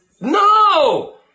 No